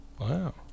wow